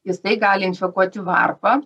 jisai gali infekuoti varpą